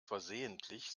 versehentlich